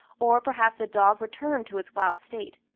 or perhaps the dog returned to its wild state.